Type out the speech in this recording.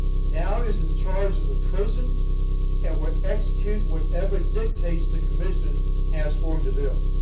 now is in charge of the prison and will execute whatever dictates the commission has for him to do.